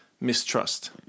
mistrust